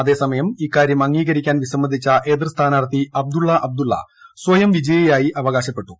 അതേസമയം ഇക്കാര്യം അംഗീകരിക്കാൻ വിസമ്മതിച്ച എതിർ സ്ഥാനാർത്ഥി അബ്ദുള്ള അബ്ദുള്ള സ്വയം വിജയിയായി അവകാശപ്പെട്ടു